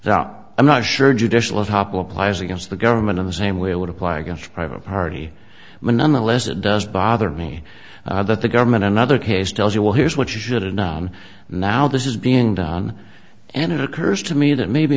now i'm not sure judicial of hoppe applies against the government of the same way it would apply against a private party but nonetheless it does bother me that the government another case tells you well here's what you should and now this is being done and it occurs to me that maybe